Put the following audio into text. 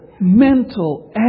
mental